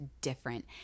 different